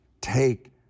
take